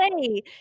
say